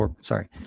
sorry